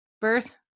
birth